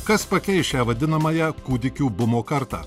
kas pakeis šią vadinamąją kūdikių bumo kartą